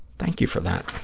thank you for that.